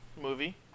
movie